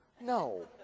No